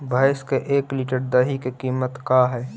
भैंस के एक लीटर दही के कीमत का है?